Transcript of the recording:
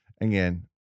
again